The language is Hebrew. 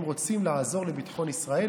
אם רוצים לעזור לביטחון ישראל,